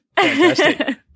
Fantastic